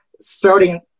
starting